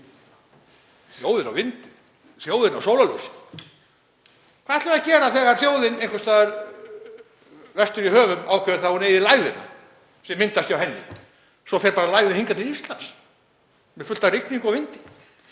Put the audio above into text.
þjóðin á vindinn, þjóðin á sólarljósið. Hvað ætlum við að gera þegar þjóð einhvers staðar í vestri ákveður að hún eigi lægðina sem myndast hjá henni? Svo fer bara lægðin hingað til Íslands með fullt af rigningu og vindi.